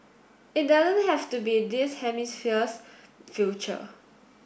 it doesn't have to be this hemisphere's future